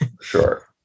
Sure